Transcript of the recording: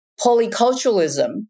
polyculturalism